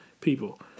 people